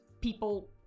people